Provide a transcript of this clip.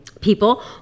people